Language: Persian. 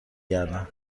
گردم